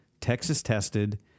Texas-tested